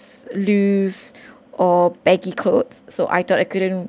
loose or baggy clothes so I thought I couldn't